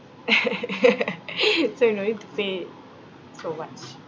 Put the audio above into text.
so you no need to pay so much